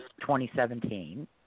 2017